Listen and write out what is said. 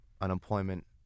unemployment